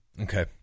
Okay